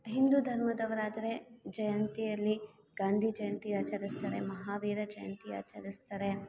ಹಿಂದೂ ಧರ್ಮದವರಾದರೆ ಜಯಂತಿಯಲ್ಲಿ ಗಾಂಧಿ ಜಯಂತಿ ಆಚರಿಸ್ತಾರೆ ಮಹಾವೀರ ಜಯಂತಿ ಆಚರಿಸ್ತಾರೆ